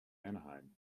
anaheim